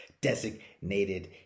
designated